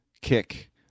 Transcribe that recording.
kick